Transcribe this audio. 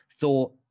thought